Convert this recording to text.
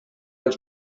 els